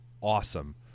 awesome